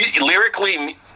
Lyrically